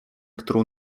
którą